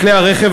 לכלי-הרכב,